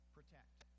Protect